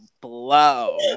blow